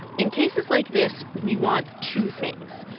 in cases like this, we want two things.